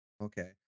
okay